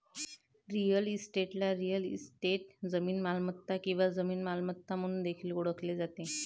real इस्टेटला real estate, जमीन मालमत्ता किंवा जमीन मालमत्ता म्हणून देखील ओळखले जाते